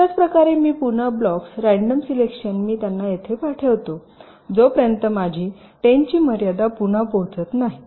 अशाच प्रकारे मी पुन्हा ब्लॉक्स रँडम सिलेक्शन मी त्यांना येथे ठेवतो जोपर्यंत माझी 10 ची मर्यादा पुन्हा पोहोचत नाही